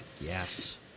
Yes